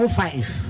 five